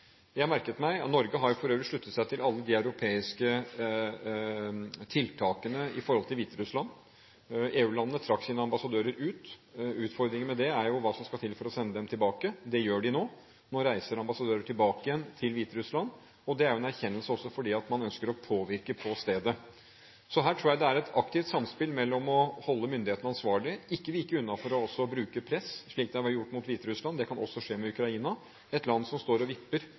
Norge har for øvrig sluttet seg til alle de europeiske tiltakene overfor Hviterussland. EU-landene trakk sine ambassadører ut. Utfordringen ved det er jo hva som skal til for å sende dem tilbake, og det gjør de nå – ambassadører reiser nå tilbake til Hviterussland. Det er jo en erkjennelse – også for at man ønsker å påvirke på stedet. Så her tror jeg det er et aktivt samspill mellom å holde myndighetene ansvarlig og ikke vike unna for også å bruke press, slik det ble gjort mot Hviterussland. Det kan også skje med Ukraina, et land som står og vipper